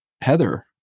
Heather